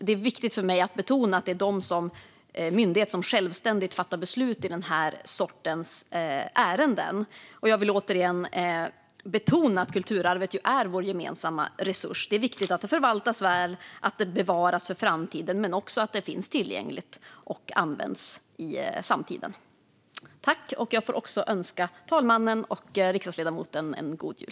Det är viktigt för mig att betona att det är de som myndighet som självständigt fattar beslut i den här sortens ärenden. Jag vill återigen betona att kulturarvet är vår gemensamma resurs. Det är viktigt att det förvaltas väl och bevaras för framtiden, men också att det finns tillgängligt och används i samtiden. Jag får också önska talmannen och riksdagsledamoten en god jul.